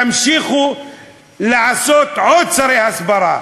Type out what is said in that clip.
תמשיכו לעשות עוד שרי הסברה.